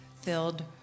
filled